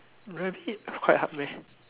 rabbit quite hard meh